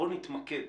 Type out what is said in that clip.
בואו נתמקד